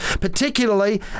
particularly